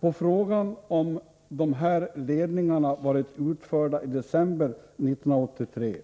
På frågan om störningen hade undvikits om de här ledningarna varit utförda december 1983